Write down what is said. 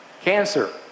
Cancer